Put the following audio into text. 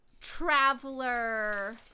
traveler